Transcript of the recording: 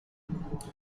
there